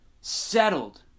Settled